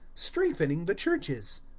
strengthening the churches.